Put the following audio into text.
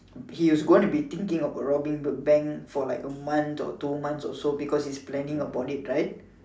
he's going to be thinking about robbing the bank for like a month or two months also because he is planning about it right